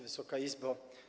Wysoka Izbo!